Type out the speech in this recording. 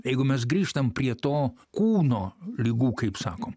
jeigu mes grįžtam prie to kūno ligų kaip sakom